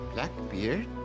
Blackbeard